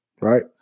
right